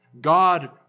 God